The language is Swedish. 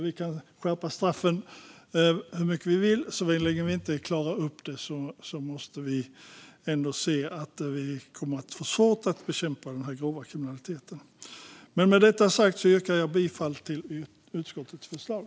Vi kan skärpa straffen hur mycket vi vill - så länge vi inte klarar upp brotten kommer vi ändå att få svårt att bekämpa den grova kriminaliteten. Med detta sagt yrkar jag bifall till utskottets förslag.